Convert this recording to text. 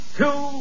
two